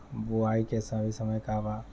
बुआई के सही समय का वा?